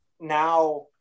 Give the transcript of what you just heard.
now